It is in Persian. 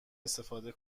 استفاده